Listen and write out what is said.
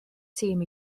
tîm